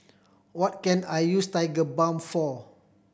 what can I use Tigerbalm for